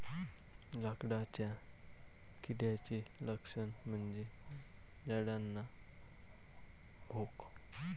लाकडाच्या किड्याचे लक्षण म्हणजे झाडांना भोक